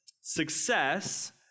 Success